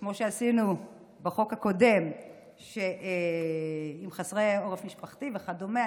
וכמו שעשינו בחוק הקודם עם חסרי עורף משפחתי וכדומה,